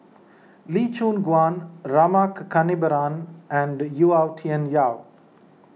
Lee Choon Guan Rama Kannabiran and Yau Tian Yau